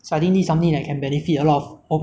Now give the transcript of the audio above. and many people rely on this kind of